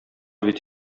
бит